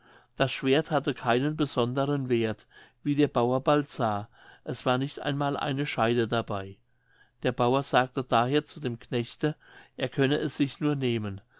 das schwerdt hatte keinen besonderen werth wie der bauer bald sah es war nicht einmal eine scheide dabei der bauer sagte daher zu dem knechte er könne es sich nur nehmen